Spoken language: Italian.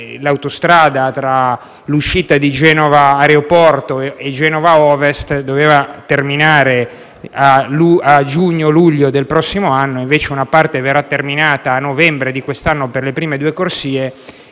autostradale di Genova Aeroporto e Genova Ovest, che doveva terminare a giugno o luglio del prossimo anno e invece verrà terminato a novembre di quest’anno per le prime due corsie